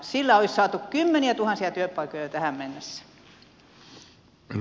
sillä olisi saatu kymmeniätuhansia työpaikkoja tähän mennessä